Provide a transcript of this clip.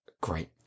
Great